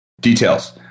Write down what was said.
Details